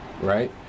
Right